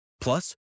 Plus